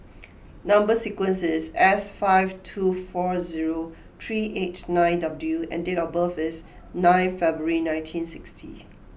Number Sequence is S five two four zero three eight nine W and date of birth is nine February nineteen sixty